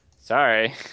Sorry